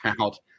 out